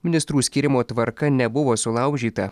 ministrų skyrimo tvarka nebuvo sulaužyta